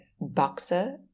boxer